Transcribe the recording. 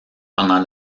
pendant